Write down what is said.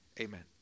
Amen